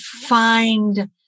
find